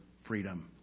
Freedom